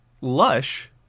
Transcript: Lush